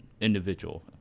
individual